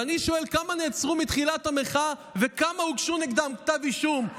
ואני שואל: כמה נעצרו מתחילת המחאה וכנגד כמה הוגשו כתבי אישום?